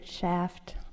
shaft